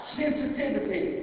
sensitivity